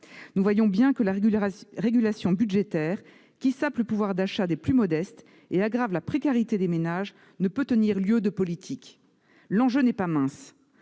Nous voyons bien que la régulation budgétaire, qui sape le pouvoir d'achat des plus modestes et aggrave la précarité des ménages, ne peut tenir lieu de politique. L'enjeu n'est pas mince.